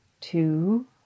two